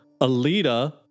Alita